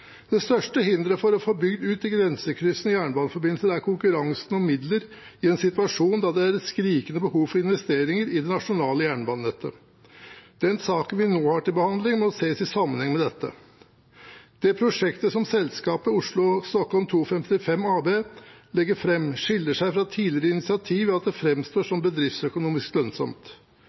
Det største hinderet for å få bygd ut de grensekryssende jernbaneforbindelser er konkurransen om midler i en situasjon da det er et skrikende behov for investeringer i det nasjonale jernbanenettet. Den saken vi nå har til behandling, må ses i sammenheng med dette. Det prosjektet som selskapet Oslo–Stockholm 2.55 AB legger fram, skiller seg fra tidligere initiativ ved at det framstår som bedriftsøkonomisk lønnsomt.